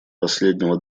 последнего